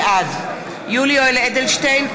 בעד יולי יואל אדלשטיין,